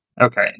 Okay